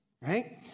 right